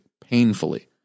painfully